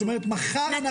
זאת אומרת מחר בבוקר.